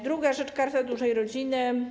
Druga rzecz to Karta Dużej Rodziny.